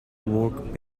work